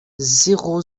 zéro